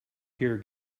here